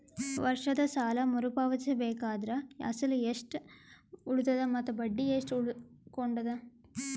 ವರ್ಷದ ಸಾಲಾ ಮರು ಪಾವತಿಸಬೇಕಾದರ ಅಸಲ ಎಷ್ಟ ಉಳದದ ಮತ್ತ ಬಡ್ಡಿ ಎಷ್ಟ ಉಳಕೊಂಡದ?